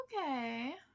Okay